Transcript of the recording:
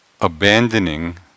Abandoning